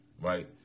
right